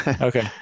Okay